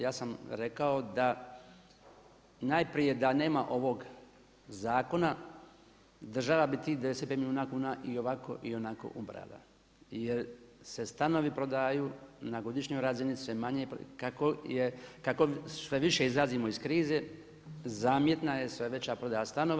Ja sam rekao da najprije da nema ovog zakona država bi tih 95 milijuna kuna i ovako i onako ubrala jer se stanovi prodaju na godišnjoj razini sve manje, kako sve više izlazimo iz krize zamjetna je sve veća prodaja stanova.